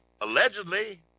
allegedly